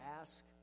ask